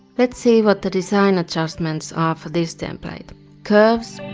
let's see what the design adjustments are for this template curves,